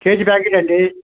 KG packet అండి